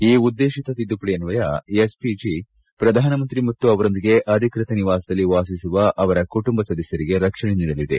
ಈ ಉದ್ದೇಶಿತ ತಿದ್ದುಪಡಿ ಅನ್ನಯ ಎಸ್ಪಿಜಿ ಪ್ರಧಾನಮಂತ್ರಿ ಮತ್ತು ಅವರೊಂದಿಗೆ ಅಧಿಕ್ಷತ ನಿವಾಸದಲ್ಲಿ ವಾಸಿಸುವ ಅವರ ಕುಟುಂಬ ಸದಸ್ಯರಿಗೆ ರಕ್ಷಣೆ ನೀಡಲಿದೆ